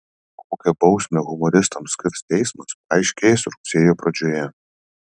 kokią bausmę humoristams skirs teismas paaiškės rugsėjo pradžioje